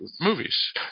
movies